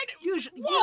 usually